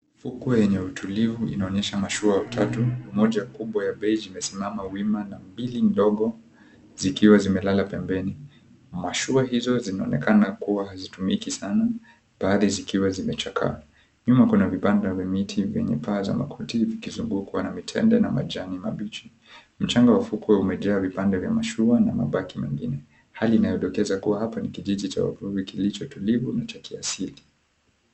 Ufukwe yenye utulivu, mashua tatu, moja kubwa ya beki imesimama wima, na mbili mdogo zikiwa zimelala pembeni. Mashua hizo kuwa hazitumiki sana, baadhi zikiwa zimechakaa. Nyuma kuna vibanda vya miti vyenye paa za makuti vikizungukwa na mitende na majani mabichi. Mchanga wa ufukwe umejaa vipande vya mashua, na mabaki mengine. Hali inayodokeza kuwa hapa ni kijiji cha wavuvi, kilicho tulivu na cha kiasili.